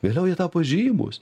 vėliau jie tapo žymūs